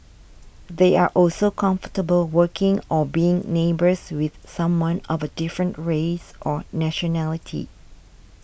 they are also comfortable working or being neighbours with someone of a different race or nationality